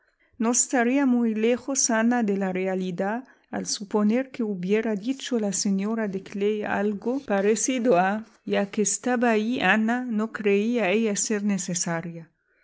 no estaría muy lejos ana de la realidad al suponer que hubiera dicho la señora de clay algo parecido a ya que estaba allí ana no creía ella ser necesaria